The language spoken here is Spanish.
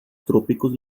trópicos